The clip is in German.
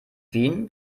wien